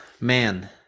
man